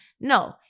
No